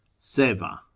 Seva